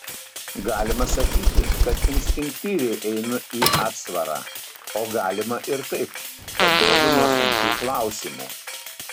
galima sakyti kad instinktyviai einu į atsvarą o galima ir taip pabėgu nuo sunkių klausimų